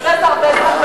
בזבז הרבה זמן,